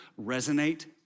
Resonate